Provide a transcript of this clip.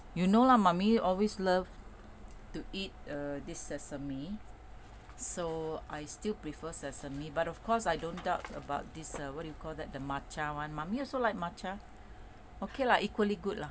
you know lah mummy always love to eat err this sesame so I still prefer sesame but of course I don't doubt about this uh what do you call that the matcha [one] mummy also like matcha okay lah equally good lah